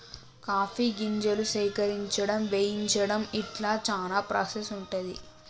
coffee గింజలు సేకరించడం వేయించడం ఇట్లా చానా ప్రాసెస్ ఉంటది